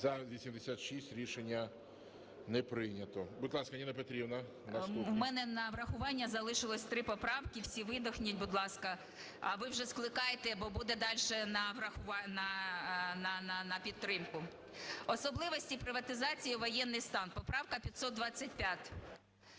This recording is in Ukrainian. За-86 Рішення не прийнято. Будь ласка, Ніна Петрівна, наступна. 14:32:07 ЮЖАНІНА Н.П. В мене на врахування залишилось три поправки, всі видохніть, будь ласка. А ви вже скликайте, бо буде далі на підтримку. Особливості приватизації, воєнний стан, поправка 525.